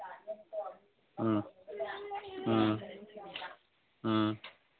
ꯎꯝ ꯎꯝ ꯎꯝ